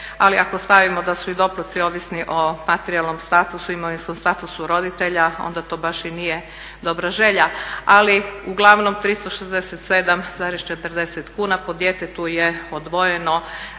Ali ako stavimo da su doplatci o patrijalnom statusu, imovinskom statusu roditelja onda to baš i nije dobra želja. Ali uglavnom 367,40 kuna po djetetu je odvojeno